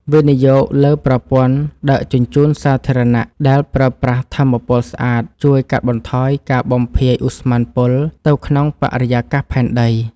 វិនិយោគលើប្រព័ន្ធដឹកជញ្ជូនសាធារណៈដែលប្រើប្រាស់ថាមពលស្អាតជួយកាត់បន្ថយការបំភាយឧស្ម័នពុលទៅក្នុងបរិយាកាសផែនដី។